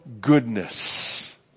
goodness